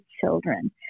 children